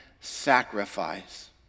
sacrifice